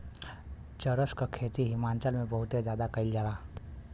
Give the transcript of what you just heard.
चरस क खेती हिमाचल में बहुते जादा कइल जाला